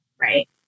right